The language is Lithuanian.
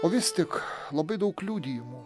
o vis tik labai daug liudijimų